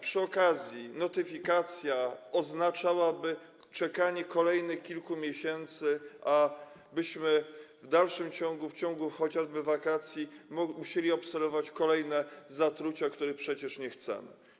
Przy okazji - notyfikacja oznaczałaby czekanie przez kolejne kilka miesięcy i byśmy w dalszym ciągu, w trakcie chociażby wakacji, musieli obserwować kolejne zatrucia, których przecież nie chcemy.